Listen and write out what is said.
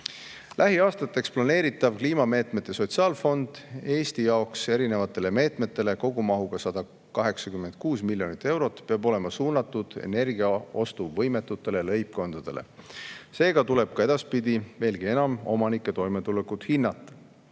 Lähiaastateks planeeritav kliimameetmete sotsiaalfond Eesti jaoks erinevatele meetmetele kogumahuga 186 miljonit eurot peab olema suunatud energiaostuvõimetutele leibkondadele. Seega tuleb edaspidi veelgi enam omanike toimetulekut hinnata.